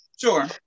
Sure